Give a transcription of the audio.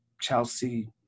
Chelsea